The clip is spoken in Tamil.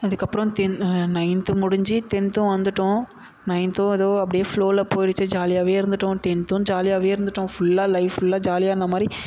அதுக்கப்புறம் தென் நைன்த்து முடிஞ்சு டென்த்தும் வந்துவிட்டோம் நைன்த்தும் ஏதோ அப்படியே ஃப்ளோவில் போய்டுச்சு ஜாலியாகவே இருந்துவிட்டோம் டென்த்தும் ஜாலியாகவே இருந்துவிட்டோம் ஃபுல்லாக லைஃப் ஃபுல்லாக ஜாலியாக இருந்த மாதிரி